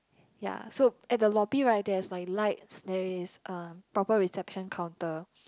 ya so at the lobby right there is like lights there is a proper reception counter